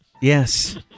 Yes